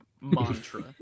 mantra